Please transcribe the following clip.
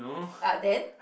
ah then